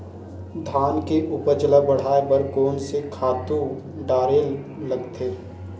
धान के उपज ल बढ़ाये बर कोन से खातु डारेल लगथे?